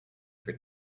for